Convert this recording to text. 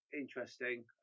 interesting